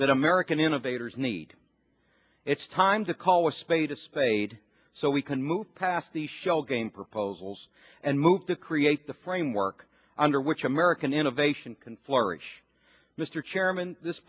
that american innovators need it's time to call a spade a spade so we can move past the shell game proposals and move to create the framework under which american innovation can flourish mr chairman this